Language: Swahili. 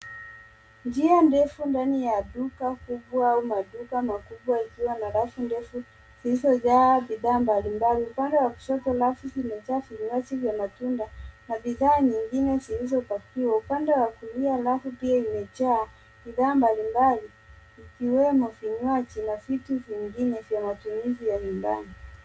Njia ndefu ndani ya duka kubwa au maduka makubwa ikiwa na rafu ndefu zilizojaa bidhaa mbalimbali. Upande wa kushoto rafu zimejaa vinywaji vya matunda na bidhaa nyingine zilizopakiwa. Upande wa kulia rafu pia imejaa bidhaa mbalimbali ikiwemo vinywaji na vitu vingine vya matumizi ya nyumbani.